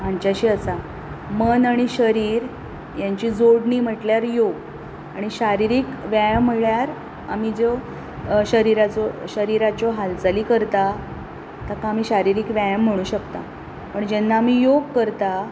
हांच्याशी आसा मन आनी शरीर हेंची जोडणी म्हटल्यार योग आनी शारिरीक व्यायाम म्हणल्यार आमी जो शरिराचो शरिराच्यो हालचाली करता ताका आमी शारिरीक व्यायाम म्हणूंक शकता आनी जेन्ना आमी योग करता